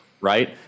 right